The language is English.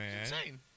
insane